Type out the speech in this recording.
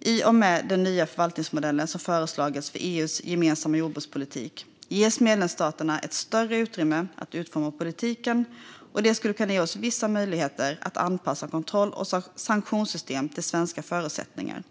I och med den nya förvaltningsmodell som föreslagits för EU:s gemensamma jordbrukspolitik ges medlemsstaterna ett större utrymme att utforma politiken, och det skulle kunna ge oss vissa möjligheter att anpassa kontroll och sanktionssystem till svenska förutsättningar.